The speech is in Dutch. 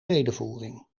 redevoering